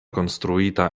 konstruita